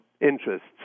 interests